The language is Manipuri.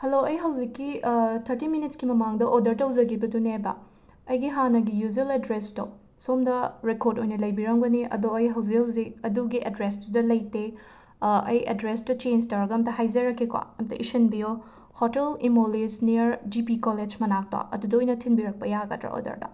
ꯍꯂꯣ ꯑꯩ ꯍꯧꯖꯤꯛꯀꯤ ꯊꯔꯇꯤ ꯃꯤꯅꯤꯠꯁꯀꯤ ꯃꯃꯥꯡꯗ ꯑꯣꯗꯔ ꯇꯧꯖꯒꯤꯕꯗꯨꯅꯦꯕ ꯑꯩꯒꯤ ꯍꯥꯟꯅꯒꯤ ꯌꯨꯖꯨꯑꯦꯜ ꯑꯦꯗ꯭ꯔꯦꯁꯇꯣ ꯁꯣꯝꯗ ꯔꯦꯀꯣꯔꯗ ꯑꯣꯏꯅ ꯂꯩꯕꯤꯔꯝꯒꯅꯤ ꯑꯗꯣ ꯑꯩ ꯍꯧꯖꯤꯛ ꯍꯧꯖꯤꯛ ꯑꯗꯨꯒꯤ ꯑꯦꯗ꯭ꯔꯦꯁꯇꯨꯗ ꯂꯩꯇꯦ ꯑꯩ ꯑꯦꯗ꯭ꯔꯦꯁꯇꯣ ꯆꯦꯟꯖ ꯇꯧꯔꯒ ꯑꯝꯇ ꯍꯥꯏꯖꯔꯛꯀꯦꯀꯣ ꯑꯝꯇ ꯏꯁꯤꯟꯕꯤꯌꯣ hotel Imoles near G P college ꯃꯅꯥꯛꯇꯣ ꯑꯗꯨꯗ ꯑꯣꯏꯅ ꯊꯤꯟꯕꯤꯔꯛꯄ ꯌꯥꯒꯗ꯭ꯔꯥ ꯑꯣꯗꯔꯗꯣ